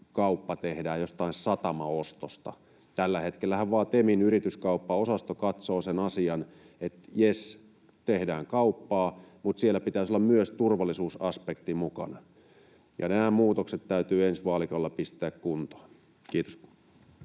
yrityskauppa tehdään jostain satamaostosta. Tällä hetkellähän vain TEMin yrityskauppaosasto katsoo sen asian, että jess, tehdään kauppaa, mutta siellä pitäisi olla myös turvallisuusaspekti mukana. Nämä muutokset täytyy ensi vaalikaudella pistää kuntoon. — Kiitos.